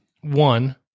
One